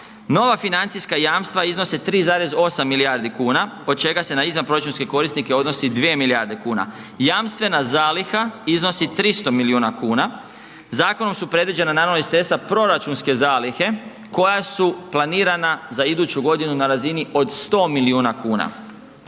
Nova financijska jamstva iznose 3,8 milijardi kuna od čega se na izvanproračunske korisnike odnosi 2 milijarde kuna. Jamstvena zaliha iznosi 300 milijuna kuna. Zakonom su predviđena, naravno .../Govornik se ne razumije./... proračunske zalihe koja su planirana za iduću godinu na razini od 100 milijuna kuna.